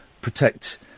protect